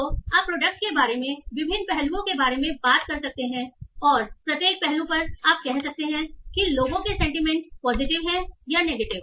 तो आप प्रोडक्ट के बारे में विभिन्न पहलुओं के बारे में बात कर सकते हैं और प्रत्येक पहलू पर आप कह सकते हैं कि लोगों के सेंटीमेंट पॉजिटिव है या नेगेटिव